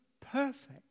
perfect